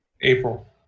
April